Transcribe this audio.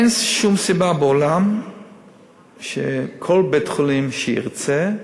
אין שום סיבה בעולם שכל בית-חולים שירצה,